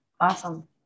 Awesome